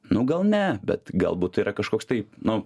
nu gal ne bet galbūt yra kažkoks tai nu